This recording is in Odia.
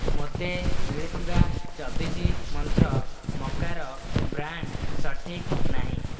ମୋତେ ମିଳିଥିବା ଚବିଶ ମନ୍ତ୍ର ମକାର ବ୍ରାଣ୍ଡ୍ ସଠିକ୍ ନାହିଁ